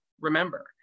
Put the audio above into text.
remember